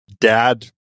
dad